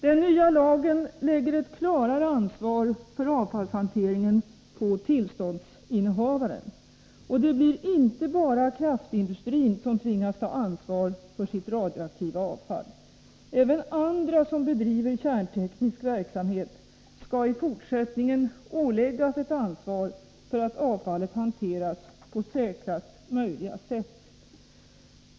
Den nya lagen lägger ett klarare ansvar för avfallshanteringen på tillståndsinnehavaren, och det blir inte bara kraftindustrin som tvingas ta ansvar för sitt radioaktiva avfall. Även andra som bedriver kärnteknisk verksamhet skall i fortsättningen åläggas ett ansvar för att avfallet hanteras på säkraste möjliga sätt.